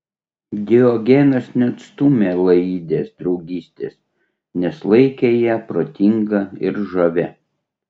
diogenas neatstūmė laidės draugystės nes laikė ją protinga ir žavia